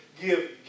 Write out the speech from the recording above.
give